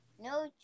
No